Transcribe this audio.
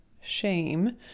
shame